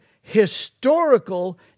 historical